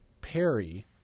Perry